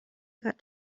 got